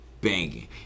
banging